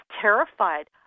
terrified